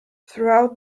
throughout